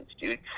dude